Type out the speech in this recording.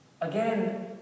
Again